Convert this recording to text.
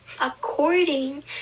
according